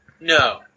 No